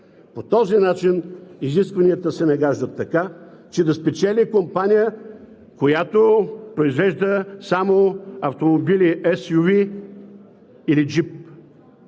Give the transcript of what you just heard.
По този начин изискванията се нагаждат така, че да спечели компания, която произвежда само автомобили SUV или джип.